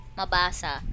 mabasa